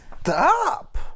Stop